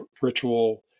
ritual